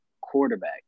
quarterback